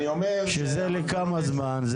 שזה לכמה זמן?